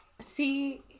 See